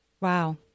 Wow